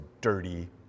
dirty